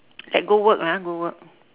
like go work lah go work